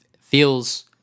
feels